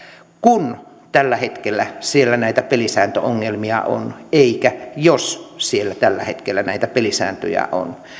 kun tällä hetkellä siellä näitä pelisääntöongelmia on eikä jos siellä tällä hetkellä näitä pelisääntöongelmia on